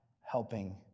helping